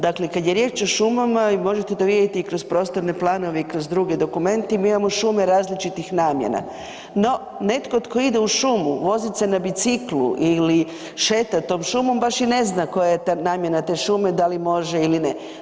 Dakle, kada je riječ o šumama možete to vidjeti i kroz prostorne planove i kroz druge dokumente, mi imamo šume različitih namjena, no netko tko ide u šumu voziti se na biciklu ili šetati tom šumom baš i ne zna koja je namjena te šume, da li može ili ne.